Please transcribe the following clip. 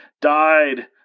died